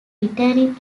returning